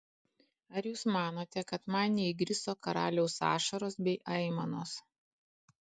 ar jūs manote kad man neįgriso karaliaus ašaros bei aimanos